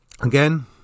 again